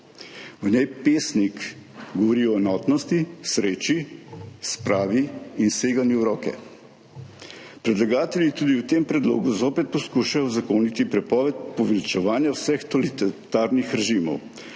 V njej pesnik govori o enotnosti, sreči, spravi in seganju v roke. Predlagatelji tudi v tem predlogu poskušajo zopet uzakoniti prepoved poveličevanja vseh totalitarnih režimov.